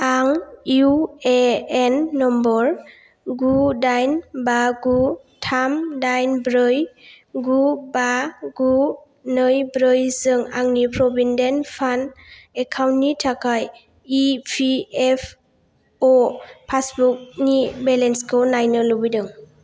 आं UAN number गु दाइन बा गु थाम दाइन ब्रै गु बा गु नै ब्रैजों आंनि प्रभिदेन्ट फान्द एकाउन्ट नि थाखाय इपिएफअ पासबुकनि बेलेन्सखौ नायनो लुबैदों